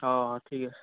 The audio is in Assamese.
অ ঠিক আছে